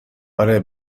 اره